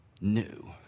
new